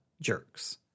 jerks